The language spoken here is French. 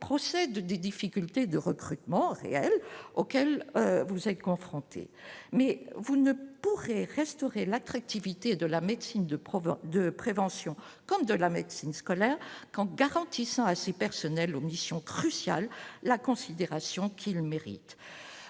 procès de des difficultés de recrutement réels auxquels vous savez confrontés, mais vous ne pourrez restaurer l'attractivité de la médecine de province de prévention comme de la médecine scolaire qu'garantissant à assez personnels omissions cruciales la considération qu'il mérite